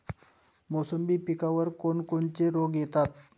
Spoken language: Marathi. मोसंबी पिकावर कोन कोनचे रोग येतात?